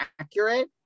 accurate